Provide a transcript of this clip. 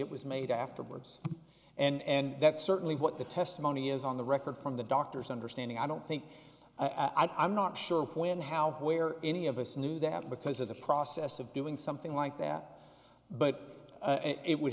it was made afterwards and that's certainly what the testimony is on the record from the doctors understanding i don't think i'm not sure when how where any of us knew they had because of the process of doing something like that but it would